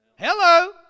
Hello